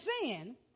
sin